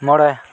ᱢᱚᱬᱮ